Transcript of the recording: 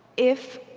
if